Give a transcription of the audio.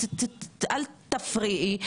אל תפריעי.